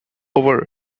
over